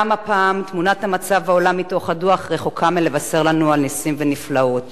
גם הפעם תמונת המצב העולה מתוך הדוח רחוקה מלבשר לנו על נסים ונפלאות.